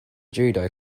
judo